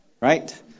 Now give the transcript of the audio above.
Right